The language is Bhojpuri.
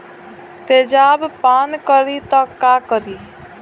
तेजाब पान करी त का करी?